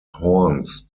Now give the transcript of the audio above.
horns